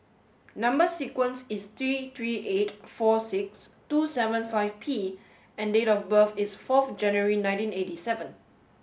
number sequence is T three eight four six two seven five P and date of birth is forth January nineteen eighty seven